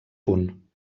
punt